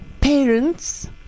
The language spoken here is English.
parents